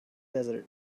desert